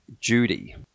Judy